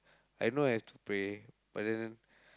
I know have to pray but then